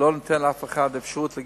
זה לא נותן לאף אחד להגיע לדירה,